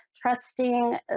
Trusting